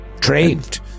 Trained